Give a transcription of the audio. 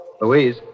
Louise